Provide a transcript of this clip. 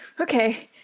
Okay